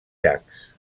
llacs